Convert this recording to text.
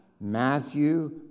Matthew